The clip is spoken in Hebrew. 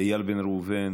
איל בן ראובן,